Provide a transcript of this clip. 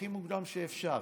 הכי מוקדם שאפשר,